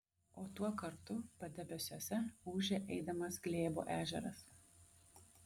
o tuo kartu padebesiuose ūžė eidamas glėbo ežeras